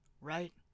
Right